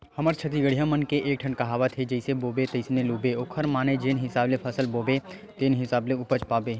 हमर छत्तीसगढ़िया मन के एकठन कहावत हे जइसे बोबे तइसने लूबे ओखर माने जेन हिसाब ले फसल बोबे तेन हिसाब ले उपज पाबे